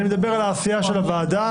אני מדבר על העשייה של הוועדה.